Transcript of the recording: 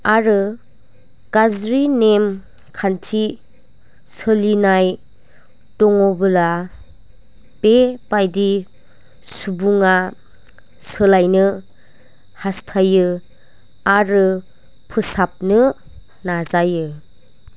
आरो गाज्रि नेमखान्थि सोलिनाय दङब्ला बेबायदि सुबुङा सोलायनो हास्थायो आरो फोसाबनो नाजायो